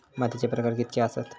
मातीचे प्रकार कितके आसत?